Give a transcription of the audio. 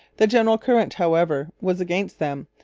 the general current, however, was against them,